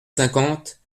cinquante